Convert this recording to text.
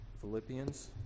Philippians